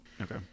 Okay